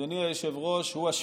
אדוני היושב-ראש, הוא השפיטות,